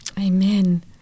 Amen